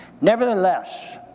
Nevertheless